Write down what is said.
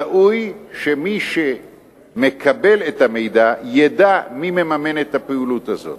ראוי שמי שמקבל את המידע ידע מי מממן את הפעילות הזאת.